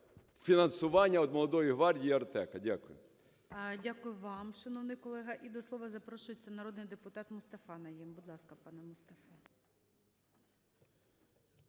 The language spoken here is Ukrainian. фінансування "Молодої гвардії" і "Артеку". Дякую. ГОЛОВУЮЧИЙ. Дякую вам, шановний колего. І до слова запрошується народний депутат Мустафа Найєм. Будь ласка, пане Мустафа.